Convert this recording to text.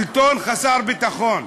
שלטון חסר ביטחון.